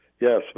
Yes